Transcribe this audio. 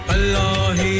Allah